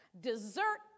dessert